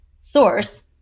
source